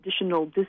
additional